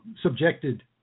subjected